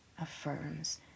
affirms